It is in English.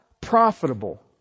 profitable